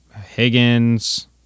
Higgins